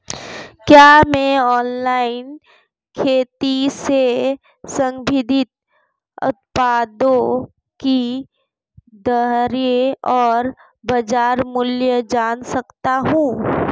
क्या मैं ऑनलाइन खेती से संबंधित उत्पादों की दरें और बाज़ार मूल्य जान सकता हूँ?